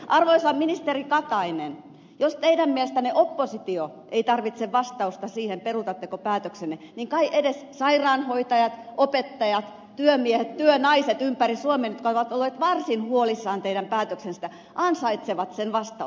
arvoisa ministeri katainen jos teidän mielestänne oppositio ei tarvitse vastausta siihen peruutatteko päätöksenne niin kai edes sairaanhoitajat opettajat työmiehet työnaiset ympäri suomen jotka ovat olleet varsin huolissaan teidän päätöksestänne ansaitsevat sen vastauksen